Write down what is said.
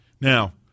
Now